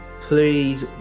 please